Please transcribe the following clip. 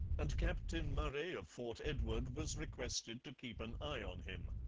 and captain murray of fort edward was requested to keep an eye on him.